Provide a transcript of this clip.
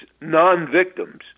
non-victims